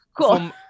Cool